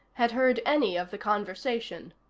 had heard any of the conversation.